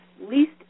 least